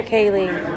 Kaylee